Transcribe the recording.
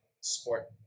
sport